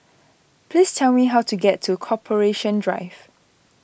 please tell me how to get to Corporation Drive